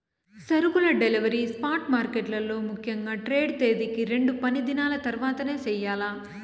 సరుకుల delivery spot మార్కెట్లలో ముఖ్యంగా ట్రేడ్ తేదీకి రెండు పనిదినాల తర్వాతనే చెయ్యాల్ల